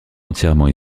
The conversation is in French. entièrement